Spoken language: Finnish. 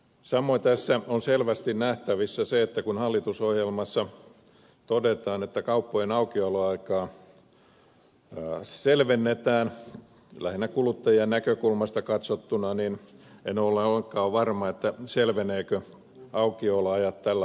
samoin tässä on selvästi nähtävissä se että kun hallitusohjelmassa todetaan että kauppojen aukioloaikaa selvennetään lähinnä kuluttajien näkökulmasta katsottuna niin en ole ollenkaan varma selvenevätkö aukioloajat tällä lainsäädännöllä